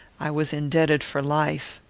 i was indebted for life.